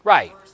Right